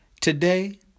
Today